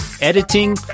editing